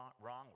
wrong